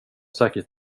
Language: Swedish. säkert